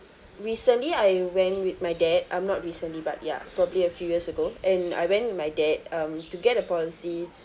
recently I went with my dad um not recently but ya probably a few years ago and I went with my dad um to get a policy